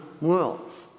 worlds